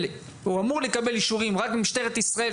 או אמור לקבל אישורים רק במשטרת ישראל,